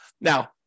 Now